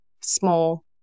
small